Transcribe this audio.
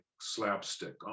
slapstick